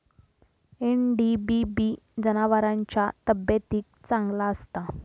NDBB जनावरांच्या तब्येतीक चांगला असता